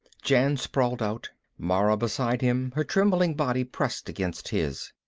jan sprawled out, mara beside him, her trembling body pressed against his.